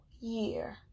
year